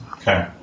Okay